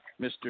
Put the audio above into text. Mr